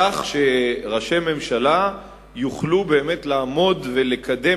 כך שראשי ממשלה יוכלו באמת לעמוד ולקדם